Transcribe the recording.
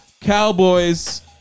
Cowboys